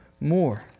more